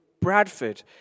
Bradford